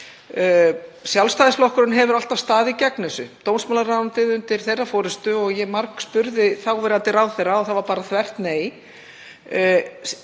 Sjálfstæðisflokkurinn hefur alltaf staðið gegn þessu, dómsmálaráðuneytið undir þeirra forystu, og ég margspurði þáverandi ráðherra og það var bara þvert nei.